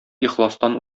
ихластан